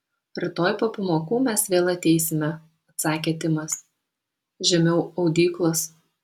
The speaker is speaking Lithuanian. rytoj po pamokų mes vėl ateisime atsakė timas žemiau audyklos